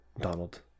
Donald